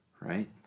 right